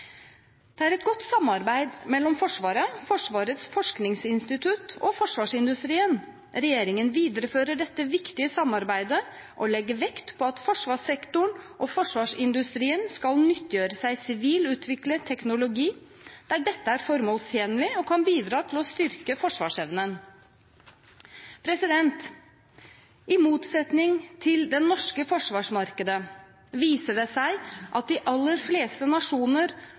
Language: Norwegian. Det er et godt samarbeid mellom Forsvaret, Forsvarets forskningsinstitutt og forsvarsindustrien. Regjeringen viderefører dette viktige samarbeidet og legger vekt på at forsvarssektoren og forsvarsindustrien skal nyttiggjøre seg sivilt utviklet teknologi der dette er formålstjenlig og kan bidra til å styrke forsvarsevnen. I motsetning til det norske forsvarsmarkedet viser det seg at de aller fleste nasjoner